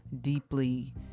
deeply